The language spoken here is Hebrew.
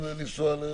אפרופו ניסוחים.